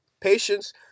Patience